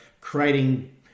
creating